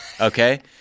okay